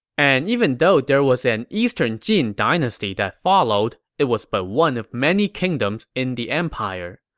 and even though there was an eastern jin dynasty that followed, it was but one of many kingdoms in the empire.